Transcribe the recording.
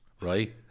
right